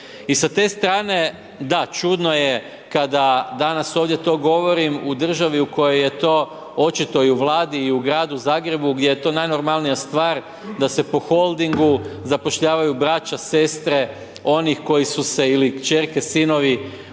I sa te strane, da, čudno je kada danas ovdje to govorim u državi u kojoj je to očito i u Vladi i u gradu Zagrebu gdje je to najnormalnija stvar da se po Holdingu zapošljavaju braća, sestre, onih koji su se, ili kćerke, sinovi